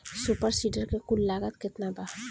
Super seeder के कुल लागत केतना बा?